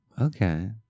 Okay